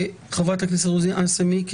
חברת הכנסת רוזין, אנא סיימי.